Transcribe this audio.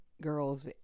girls